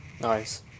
Nice